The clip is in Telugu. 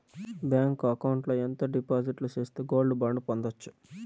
బ్యాంకు అకౌంట్ లో ఎంత డిపాజిట్లు సేస్తే గోల్డ్ బాండు పొందొచ్చు?